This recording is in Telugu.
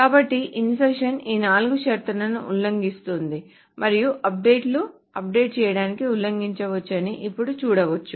కాబట్టి ఇన్సర్షన్ ఈ నాలుగు షరతులను ఉల్లంఘిస్తుంది మరియు అప్డేట్లు అప్డేట్ చేయడాన్ని ఉల్లంఘించవచ్చని ఇప్పుడు చూడవచ్చు